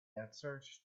answered